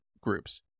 groups